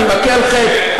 אני מכה על חטא.